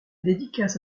dédicace